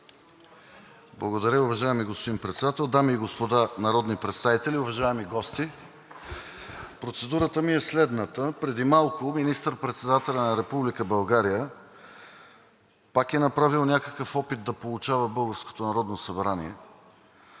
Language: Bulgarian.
Благодаря. Уважаеми господин Председател, дами и господа народни представители, уважаеми гости! Процедурата ми е следната. Преди малко министър-председателят на Република България пак е направил някакъв опит да поучава